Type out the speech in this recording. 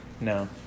no